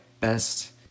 best